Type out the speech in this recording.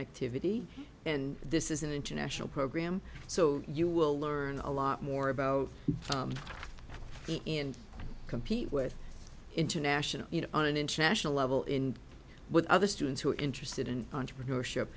ectivity and this is an international program so you will learn a lot more about it and compete with international you know on an international level in with other students who are interested in entrepreneurship